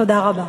תודה רבה.